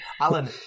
Alan